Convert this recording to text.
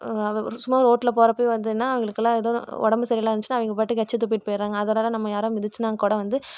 சும்மா ரோட்ல போகிறப்பயே வந்துதுன்னால் அவங்களுக்குல்லாம் எது உம் உடம்பு சரியில்லாது இருந்துச்சுனால் அவங்க பாட்டுக்கு எச்சை துப்பிட்டு போயிடுறாங்க அதிலலாம் நம்ம யாராக மிதிச்சுனாக்கோட வந்து